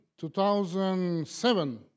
2007